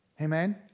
Amen